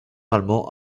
allemand